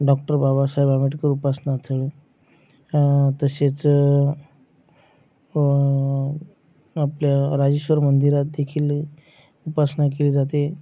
doctor Babasaheb Ambedkar उपासना स्थळ तसेच आपल्या राजेश्वर मंदिरात देखील उपासना केली जाते